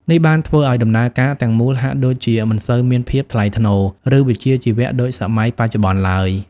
នេះបានធ្វើឲ្យដំណើរការទាំងមូលហាក់ដូចជាមិនសូវមានភាពថ្លៃថ្នូរ ឬវិជ្ជាជីវៈដូចសម័យបច្ចុប្បន្នឡើយ។